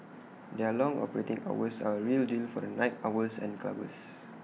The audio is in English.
their long operating hours are A real deal for the night owls and clubbers